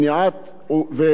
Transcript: יעיל, לאזרח.